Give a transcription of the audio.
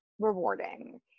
rewarding